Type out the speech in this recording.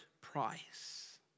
price